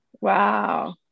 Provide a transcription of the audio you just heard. wow